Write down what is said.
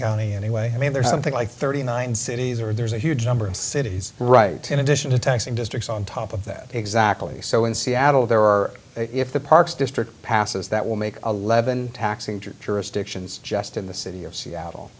county anyway i mean there's something like thirty nine cities or there's a huge number of cities right in addition to taxing districts on top of that exactly so in seattle there are if the parks district passes that will make a levon taxing jurisdictions just in the city of seattle